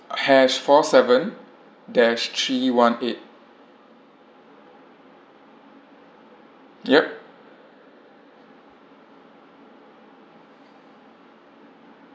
H four seven dash three one eight yup